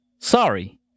Sorry